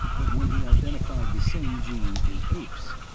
but when he identified the same gene in apes,